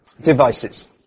devices